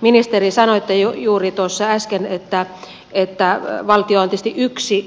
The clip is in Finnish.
ministeri sanoitte juuri äsken että valtio on tietysti